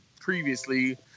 previously